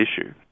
issue